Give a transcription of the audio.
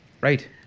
Right